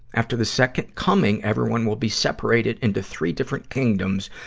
after the second coming, everyone will be separated into three different kingdoms,